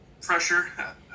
pressure